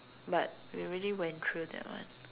but we already went through that one